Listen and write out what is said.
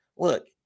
Look